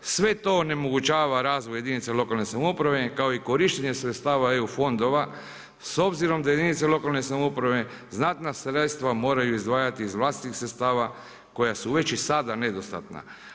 Sve to onemogućava razvoj jedinica lokalne samouprave i kao korištenje sredstava EU fondova s obzirom da jedinice lokalne samouprave znatna sredstva moraju izdvajati iz vlastitih sredstava koja su već i sada nedostatna.